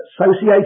associated